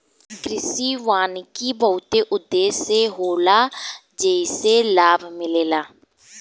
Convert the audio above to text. कृषि वानिकी बहुते उद्देश्य से होला जेइसे लाभ मिलेला